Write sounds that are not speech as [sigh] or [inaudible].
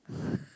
[breath]